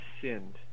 sinned